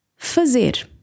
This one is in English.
Fazer